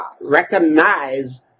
recognize